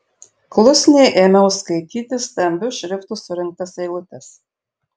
klusniai ėmiau skaityti stambiu šriftu surinktas eilutes